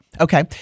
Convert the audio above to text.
Okay